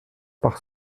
par